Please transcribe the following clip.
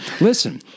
listen